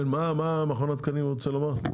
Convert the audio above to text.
כן, מה מכון התקנים רוצה לומר?